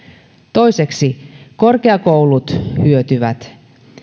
toiseksi korkeakoulut hyötyvät